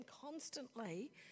constantly